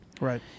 Right